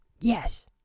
yes